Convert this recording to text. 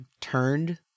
turned